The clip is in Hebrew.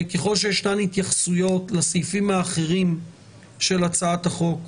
ככל שיש התייחסויות לסעיפים האחרים של הצעת החוק,